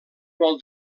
vol